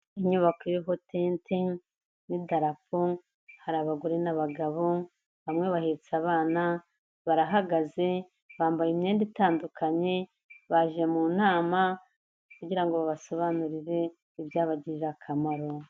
Inyubako iriho tente n'idarapo. Hari abagore n'abagabo bamwe bahetse abana, barahagaze bambaye imyenda itandukanye. Baje mu nama kugira ngo basobanurire ibyabagirira akamaro.